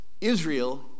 Israel